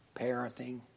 parenting